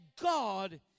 God